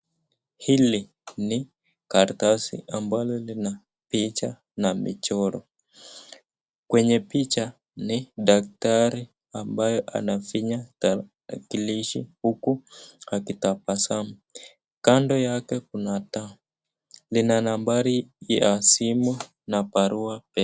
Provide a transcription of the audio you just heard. Hili ni karatasi ambalo lina picha na michoro. kwenye picha ni daktari ambaye anafinya tarakilishi huku akitabasamu. kando yake kuna taa. Lina nambari ya simu na barua pe